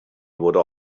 would